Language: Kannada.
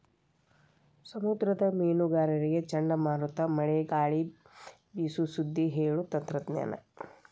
ಸಮುದ್ರದ ಮೇನುಗಾರರಿಗೆ ಚಂಡಮಾರುತ ಮಳೆ ಗಾಳಿ ಬೇಸು ಸುದ್ದಿ ಹೇಳು ತಂತ್ರಜ್ಞಾನ